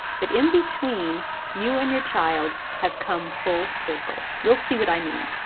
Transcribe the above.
but in between you and your child have come full circle. you'll see what i mean.